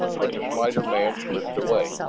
but the slighter man slipped away.